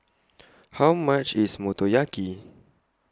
How much IS Motoyaki